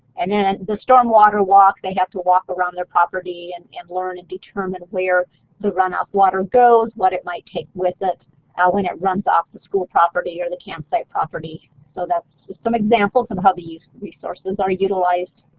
and then the stormwater walk they have to walk around their property and and learn and determine where the runoff water goes, what it might take with it when it runs off the school property or the campsite property so that's some examples of and how these resources are utilized.